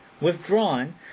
withdrawn